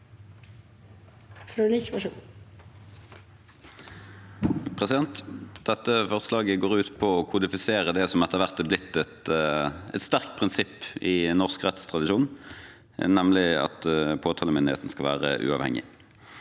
for saken): Dette forslaget går ut på å kodifisere det som etter hvert er blitt et sterkt prinsipp i norsk rettstradisjon, nemlig at påtalemyndigheten skal være uavhengig.